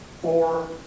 Four